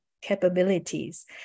capabilities